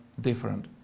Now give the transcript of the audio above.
different